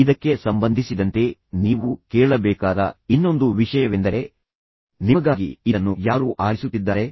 ಇದಕ್ಕೆ ಸಂಬಂಧಿಸಿದಂತೆ ನೀವು ಕೇಳಬೇಕಾದ ಇನ್ನೊಂದು ವಿಷಯವೆಂದರೆ ನಿಮಗಾಗಿ ಇದನ್ನು ಯಾರು ಆರಿಸುತ್ತಿದ್ದಾರೆ